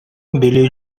били